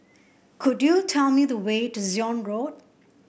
could you tell me the way to Zion Road